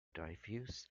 diffuse